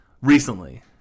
Recently